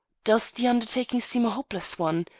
does the undertaking seem a hopeless one?